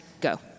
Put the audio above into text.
go